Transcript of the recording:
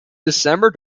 december